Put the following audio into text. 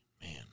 man